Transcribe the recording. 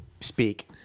speak